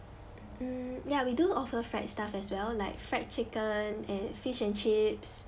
mm ya we do offer fried stuff as well like fried chicken and fish and chips